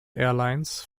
airlines